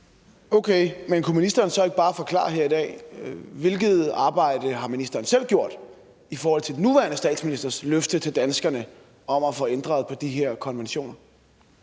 Okay, men kunne ministeren så ikke bare forklare her i dag, hvilket arbejde ministeren selv har gjort i forhold til den nuværende statsministers løfte til danskerne om at få ændret på de her konventioner?